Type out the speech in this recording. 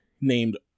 named